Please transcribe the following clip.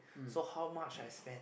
so how much I spend